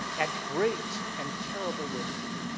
at great and terrible risk,